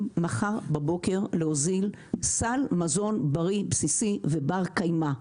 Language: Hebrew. מחר בבוקר להוזיל סל מזון בריא בסיסי ובר קיימא.